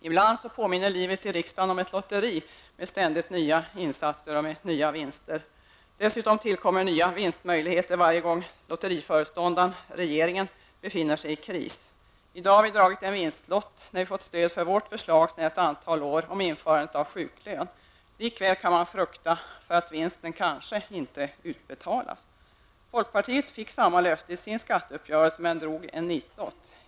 Ibland påminner livet i riksdagen om ett lotteri med ständigt nya insatser och nya vinster. Dessutom tillkommer nya vinstmöjligheter varje gång lotteriföreståndaren, regeringen, befinner sig i kris. I dag har vi dragit en vinstlott när vi fått stöd för vårt, sedan ett antal år, framlagda förslag om införandet av sjuklön. Man kan likväl frukta för att vinsten kanske inte betalas ut. Folkpartiet fick samma löfte i sin skatteuppgörelse men drog en nitlott.